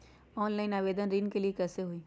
Online आवेदन ऋन के लिए कैसे हुई?